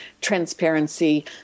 transparency